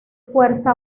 fuerza